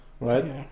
right